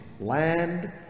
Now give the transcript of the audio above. land